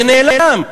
זה נעלם.